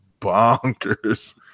bonkers